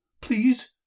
Please